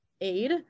aid